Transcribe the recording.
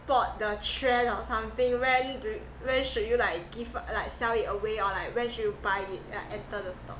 spot the trend or something when to when should you like give up like sell it away or like when should you buy it like and sell the stock